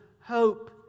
hope